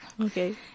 Okay